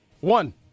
One